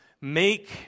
Make